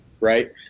right